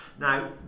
now